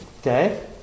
Okay